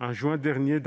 En juin dernier,